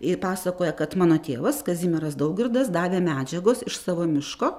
ji pasakoja kad mano tėvas kazimieras daugirdas davė medžiagos iš savo miško